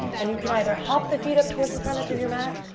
and you can either hop the feet up towards the front edge of your mat,